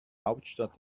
hauptstadt